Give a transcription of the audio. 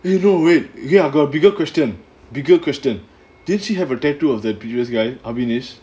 eh no wait ya I got bigger question bigger question did she have a tattoo of the previous guy avinash